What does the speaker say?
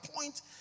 point